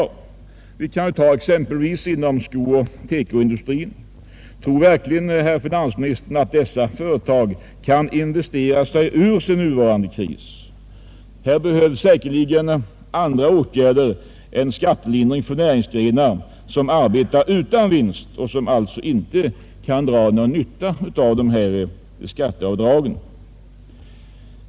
Tror finansministern t.ex. att företag inom TEKO och skoindustrin kan investera sig ur sin nuvarande kris? För näringsgrenar som arbetar utan vinst behövs andra åtgärder än skattelindring, eftersom de inte har någon nytta av skatteavdrag.